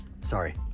Sorry